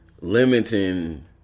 limiting